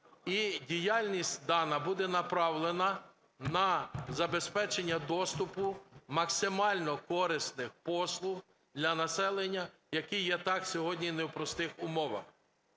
І діяльність та буде направлена на забезпечення доступу максимально корисних послуг для населення, яке є й так сьогодні в непростих умовах.